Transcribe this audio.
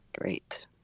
great